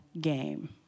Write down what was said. game